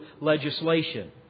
legislation